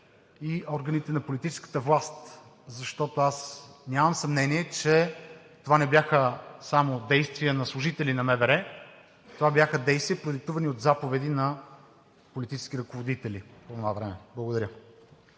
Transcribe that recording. и органите на политическата власт. Защото аз нямам съмнение, че това не бяха само действия на служители на МВР. Това бяха действия, продиктувани от заповеди на политически ръководители по